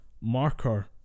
marker